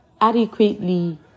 adequately